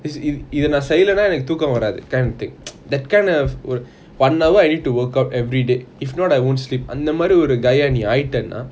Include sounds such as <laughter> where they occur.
இது இதனால் செயலான என்னக்கு துக்கம் வரத்து:ithu ithanaan seilana ennaku thukkam varathu kind of thing <noise> that kind of ஒரு:oru one hour I need to work out every day if not I won't sleep அந்த மாறி ஒரு:antha maari oru guy eh நீ ஆயிட்டன:nee aayetana